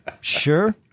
sure